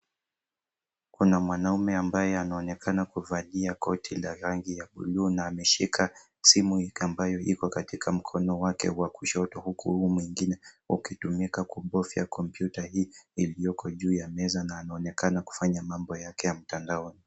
Kuna mwanaume ambaye anaonekana kuvalia koti la rangi ya buluu na ameshika simu ambayo iko katika mkono wake wa kushoto uku huu mwingine ukitumika kubovya kompyuta hii ilioko juu ya meza na anaonekana kufanya mambo yake ya mtandaoni.